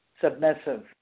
submissive